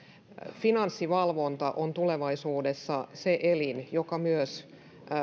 finanssivalvonta on tulevaisuudessa se elin joka myös